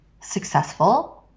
successful